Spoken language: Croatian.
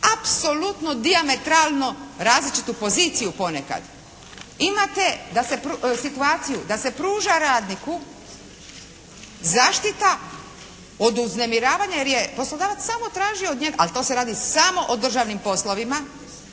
apsolutno dijametralno različitu poziciju ponekad. Imate da se, situaciju da se pruža radniku zaštita od uznemiravanja jer je poslodavac samo tražio od njega, ali to se radi samo o državnim poslovima